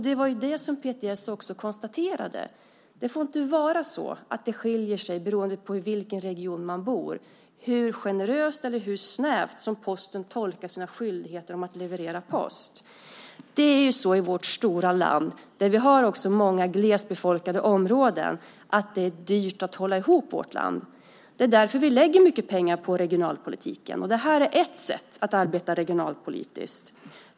Det var det som PTS konstaterade. Det får inte vara så att det skiljer sig beroende på i vilken region man bor hur generöst eller hur snävt Posten tolkar sin skyldighet att leverera post. I vårt stora land, där vi också har många glesbefolkade områden, är det dyrt att hålla ihop landet. Det är därför vi lägger mycket pengar på regionalpolitiken. Det här är ett sätt att arbeta regionalpolitiskt.